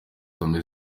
serbia